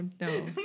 no